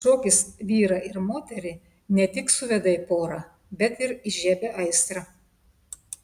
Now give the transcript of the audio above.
šokis vyrą ir moterį ne tik suveda į porą bet ir įžiebia aistrą